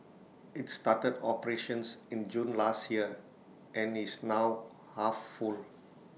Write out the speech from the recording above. IT started operations in June last year and is now half full